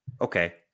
Okay